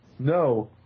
No